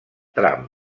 tram